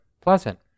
pleasant